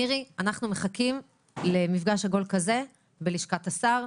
מירי, אנחנו מחכים למפגש עגול כזה בלשכת השר.